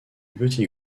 petit